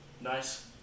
Nice